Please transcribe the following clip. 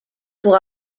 pour